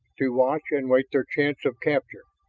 to watch and wait their chance of capture.